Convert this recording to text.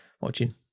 watching